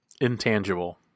Intangible